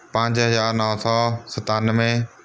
ਪੰਜ ਹਜ਼ਾਰ ਨੌ ਸੌ ਸਤਾਨਵੇਂ